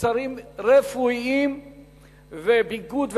מוצרים רפואיים וביגוד והנעלה.